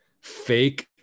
fake